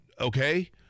Okay